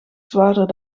zwaarder